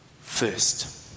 first